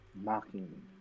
Mocking